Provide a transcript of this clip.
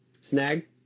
snag